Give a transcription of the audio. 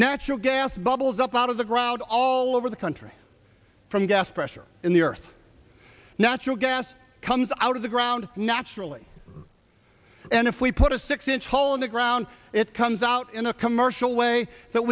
natural gas bubbles up out of the ground all over the country from gas pressure in the earth natural gas comes out of the ground naturally and if we put a six inch hole in the ground it comes out in a commercial way that